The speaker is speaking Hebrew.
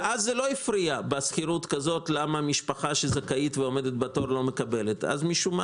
אנחנו שינינו את כל סדר